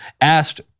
asked